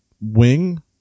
wing